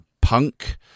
punk